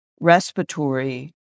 respiratory